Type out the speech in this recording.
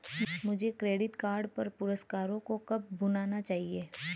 मुझे credit card पर पुरस्कारों को कब भुनाना चाहिए?